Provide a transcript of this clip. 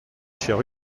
chair